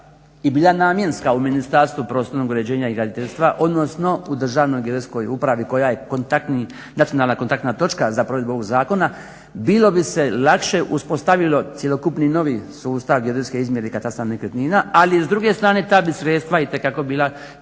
i bila namjenska u Ministarstvu prostornog uređenja i graditeljstva, odnosno u Državnoj geodetskoj upravi koja je nacionalna kontaktna točka za provedbu ovog zakona bilo bi se lakše uspostavilo cjelokupni novi sustav geodetske izmjere i katastra nekretnina, ali s druge strane ta bi sredstva itekako bila